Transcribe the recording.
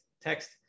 text